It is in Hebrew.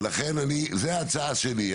ולכן זו ההצעה שלי.